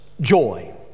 joy